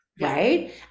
right